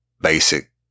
basic